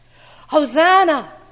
Hosanna